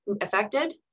affected